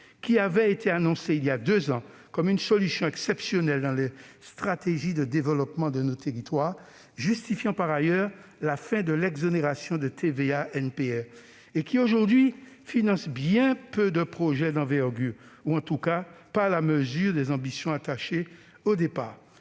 Le FEI, annoncé il y a deux ans comme une solution exceptionnelle dans les stratégies de développement de nos territoires, justifiant par ailleurs la fin de l'exonération de la TVA NPR, finance aujourd'hui bien peu de projets d'envergure, en tout cas pas à la mesure de l'ambition affichée au départ.